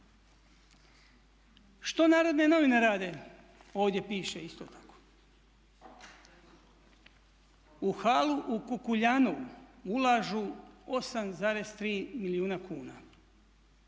Što Narodne novine rade ovdje piše isto tako. U halu u Kukuljanovu ulažu 8,3 milijuna kuna,